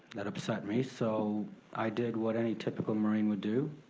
that upset me, so i did what any typical marine would do.